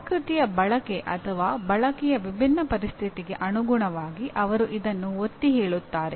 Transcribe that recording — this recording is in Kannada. ಕಲಾಕೃತಿಯ ಬಳಕೆ ಅಥವಾ ಬಳಕೆಯ ವಿಭಿನ್ನ ಪರಿಸ್ಥಿತಿಗೆ ಅನುಗುಣವಾಗಿ ಅವರು ಇದನ್ನು ಒತ್ತಿಹೇಳುತ್ತಾರೆ